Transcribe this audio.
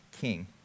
king